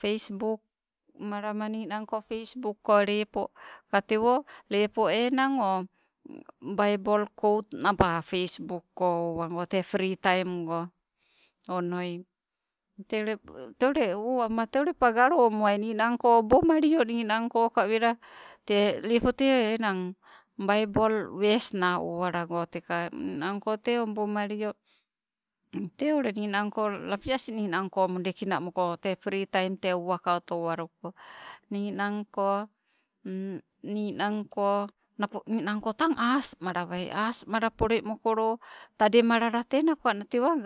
Pesbuk malama ninanko pesbuko lepo ka tewo, lepo enang o, baibol kout naba pesbuk owago tee piri taim go onoi te ule te ule owama te ule pagalomuai nii nangko obomalio nii nankoka wela tee lepo te enang baibol vesna owalago teka nnangko tee obomalio ninanko lapi asing ninang mudekina muko. Pri taim tee uwaka oto waluko ninanko, ninangko napo ni nangko tang asimalawai. asimala pole mokolo tade malala, te napoka tewa